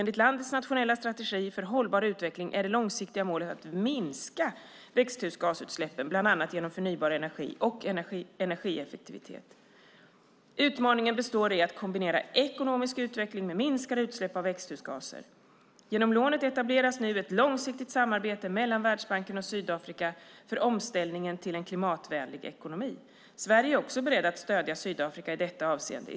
Enligt landets nationella strategi för hållbar utveckling är det långsiktiga målet att minska växthusgasutsläppen, bland annat genom förnybar energi och energieffektivitet. Utmaningen består i att kombinera ekonomisk utveckling med minskade utsläpp av växthusgaser. Genom lånet etableras nu ett långsiktigt samarbete mellan Världsbanken och Sydafrika för omställningen till en klimatvänlig ekonomi. Sverige är också berett att stödja Sydafrika i detta avseende.